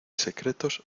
secretos